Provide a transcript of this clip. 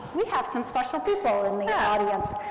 we have some special people in the audience.